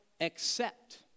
accept